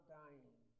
dying